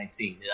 2019